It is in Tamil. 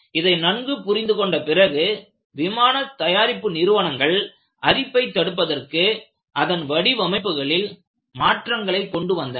இதை நன்கு புரிந்து கொண்ட பிறகு விமான தயாரிப்பு நிறுவனங்கள் அரிப்பை தடுப்பதற்கு அதன் வடிவமைப்புகளில் மாற்றங்களைக் கொண்டு வந்தனர்